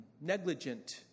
negligent